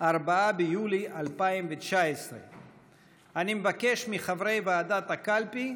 4 ביולי 2019. אני מבקש מחברי ועדת הקלפי,